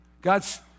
God's